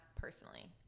personally